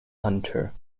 hunter